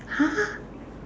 !huh!